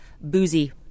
boozy